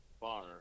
bar